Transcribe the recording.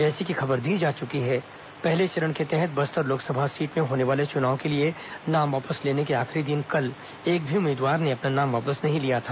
जैसी कि खबर दी जा चुकी है पहले चरण के तहत बस्तर लोकसभा सीट में होने वाले चुनाव के लिए नाम वापस लेने के आखिरी दिन कल एक भी उम्मीदवार ने अपना नाम वापस नहीं लिया था